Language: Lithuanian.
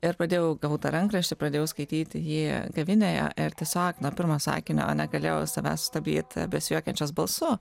ir pradėjau gavau tą rankraštį pradėjau skaityti jį kavinėje ir tiesiog nuo pirmo sakinio negalėjau savęs sustabdyti besijuokiančios balsu